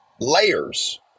layers